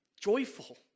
joyful